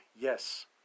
Yes